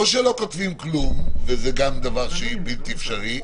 או שלא כותבים כלום וזה גם דבר שהוא בלתי אפשרי,